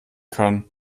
kann